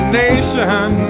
nation